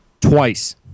Twice